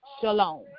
Shalom